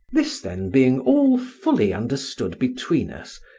this, then, being all fully understood between us,